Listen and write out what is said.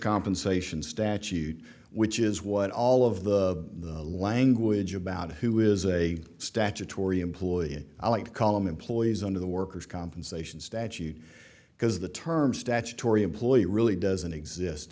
compensation statute which is what all of the language about who is a statutory employee i like column employees under the workers compensation statute because the term statutory employee really doesn't exist